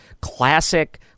classic